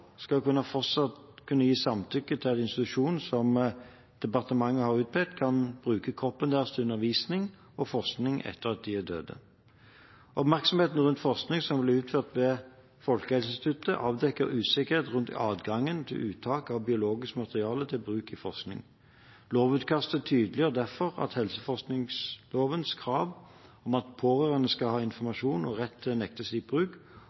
skal fortsatt kunne gi samtykke til at institusjoner som departementet har utpekt, kan bruke kroppen deres til undervisning og forskning etter at de er døde. Oppmerksomheten rundt forskningen som ble utført ved Folkehelseinstituttet, avdekket usikkerhet rundt adgangen til uttak av biologisk materiale til bruk i forskning. Lovutkastet tydeliggjør derfor at helseforskningslovens krav om at pårørende skal ha informasjon og rett til å nekte slik bruk,